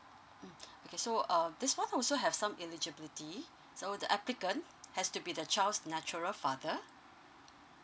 mm okay so uh this one also have some eligibility so the applicant has to be the child's natural father